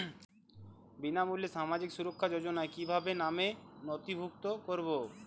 বিনামূল্যে সামাজিক সুরক্ষা যোজনায় কিভাবে নামে নথিভুক্ত করবো?